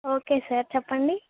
okay sir చెప్పండి